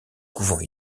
couvent